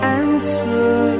answer